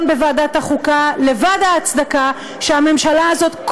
בוועדת החוקה לבד מההצדקה שהממשלה הזאת,